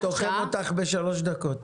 השעה -- אני תוחם אותך בשלוש דקות.